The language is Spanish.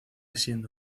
siendo